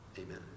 Amen